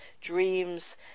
dreams